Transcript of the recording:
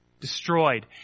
Destroyed